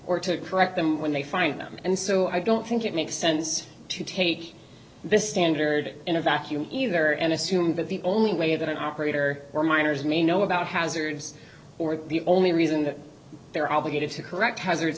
or to correct them when they find them and so i don't think it makes sense to take this standard in a vacuum either and assume that the only way that an operator or miners may know about hazards or the only reason that they're obligated to correct hazards